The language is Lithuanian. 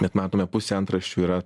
bet matome pusė antraščių yra